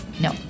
No